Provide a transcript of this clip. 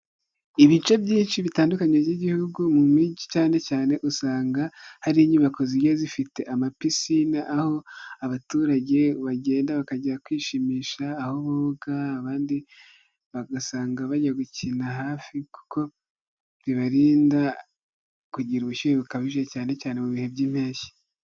Ibice byinshi bitandukanye by'igihugu mu mijyi cyane cyane, usanga hari inyubako zijya zifite amapisine, aho abaturage bagenda bakajya kwishimisha, aho boga, abandi bagasanga bajya gukina hafi kuko bibarinda kugira ubushyuhe bukabije cyane cyane mu bihe by'Impeshyi.